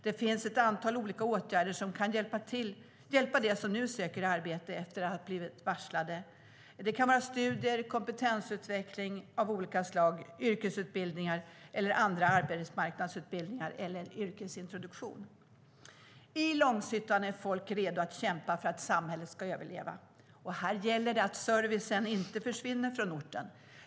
Det finns ett antal olika åtgärder som kan hjälpa dem som nu söker arbete efter att ha blivit varslade. Det kan vara studier, kompetensutveckling av olika slag, yrkesutbildningar, andra arbetsmarknadsutbildningar eller yrkesintroduktion. I Långshyttan är folk redo att kämpa för att samhället ska överleva. Här gäller det att servicen inte försvinner från orten.